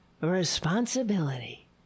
responsibility